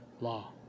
law